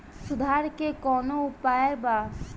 सुधार के कौनोउपाय वा?